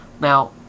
Now